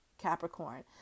Capricorn